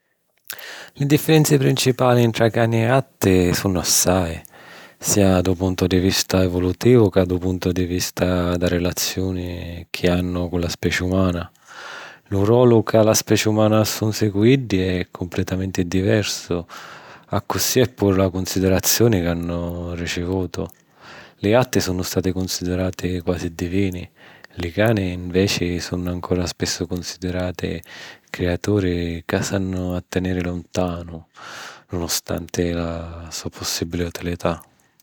Li diffirenzi principali ntra cani e jatti sunnu assai, sia dû puntu di vista evulutivu ca dû puntu di vista dâ rilaziuni chi hannu cu la speci umana. Lu rolu ca la speci umana assunsi cu iddi è cumplitamenti diversu accussì è puru la cunsidirazziuni ca hannu ricivutu. Li jatti sunnu stati cunsidirati quasi divini. Li cani, nveci, sunnu ancora spissu cunsidirati criaturi ca s'hannu a teniri luntanu nunustanti la so possìbili utilità.